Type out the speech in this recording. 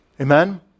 Amen